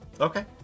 Okay